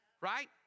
Right